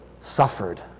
suffered